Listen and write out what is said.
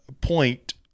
point